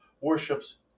worships